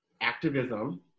activism